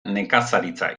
nekazaritza